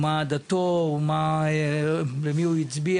מה עדתו, למי הוא הצביע.